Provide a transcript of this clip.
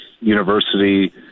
University